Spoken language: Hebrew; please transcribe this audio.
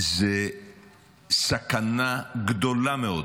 זה סכנה גדולה מאוד.